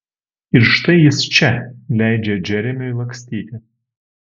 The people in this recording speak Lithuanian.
ir štai jis čia leidžia džeremiui lakstyti